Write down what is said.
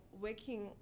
working